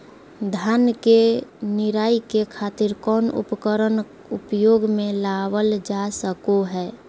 धान के निराई के खातिर कौन उपकरण उपयोग मे लावल जा सको हय?